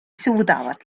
suudavad